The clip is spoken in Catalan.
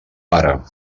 pare